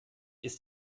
ist